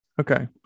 Okay